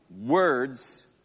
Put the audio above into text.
words